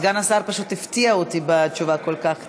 סגן השר פשוט הפתיע אותי בתשובה הכל-כך קצרה.